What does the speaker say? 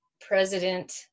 president